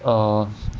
err